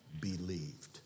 believed